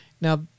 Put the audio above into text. now